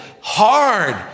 hard